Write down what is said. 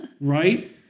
Right